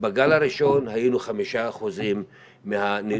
בגל הראשון היינו 5% מהנדבקים,